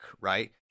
right